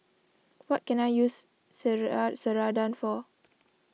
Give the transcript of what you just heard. what can I use Ceradan for